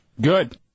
Good